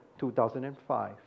2005